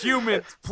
Humans